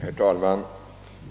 Herr talman!